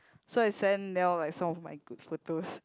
so I send Niel like some of my good photos